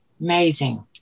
Amazing